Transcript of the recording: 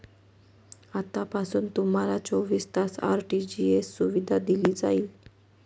आतापासून तुम्हाला चोवीस तास आर.टी.जी.एस सुविधा दिली जाईल